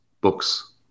books